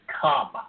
come